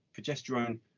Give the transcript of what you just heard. progesterone